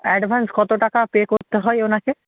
advance কত টাকা pay করতে হয় ওনাকে